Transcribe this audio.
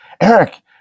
eric